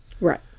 Right